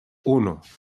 uno